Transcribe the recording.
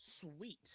Sweet